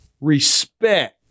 respect